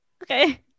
okay